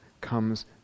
comes